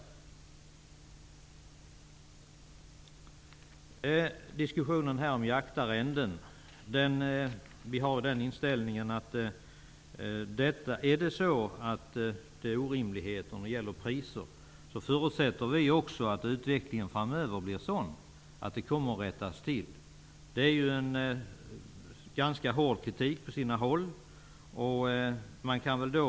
Beträffande diskussionen om jaktarrenden har vi inställningen att om det är fråga om orimligheter när det gäller priser förutsätter vi att utvecklingen framöver blir sådan att detta kommer att rättas till. På sina håll är kritiken ganska hård.